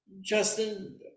Justin